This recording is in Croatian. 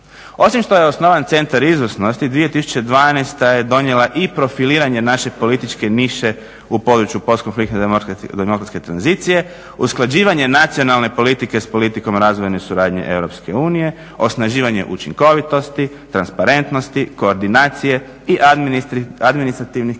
Osim što je osnovan Centar izvornosti 2012.je donijela i profiliranje naše političke niše u području postkonfliktne demokratske tranzicije, usklađivanje nacionalne politike s politikom razvojne suradnje EU, osnaživanje učinkovitosti, transparentnosti, koordinacije i administrativnih kapaciteta